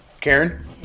Karen